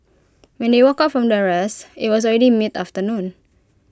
when they woke up from their rest IT was already mid afternoon